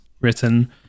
written